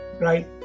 right